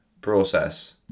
Process